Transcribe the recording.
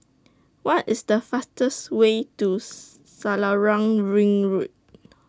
What IS The fastest Way to Selarang Ring Road